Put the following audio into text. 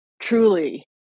truly